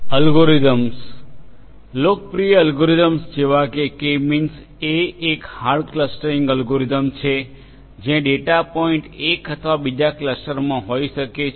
algorithms લોકપ્રિય algorithms જેવા કે કે મીન્સ એ એક હાર્ડ ક્લસ્ટરિંગ અલ્ગોરિધમ છે જ્યાં ડેટા પોઇન્ટ એક અથવા બીજા ક્લસ્ટરમાં હોઈ શકે છે